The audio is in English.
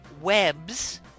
webs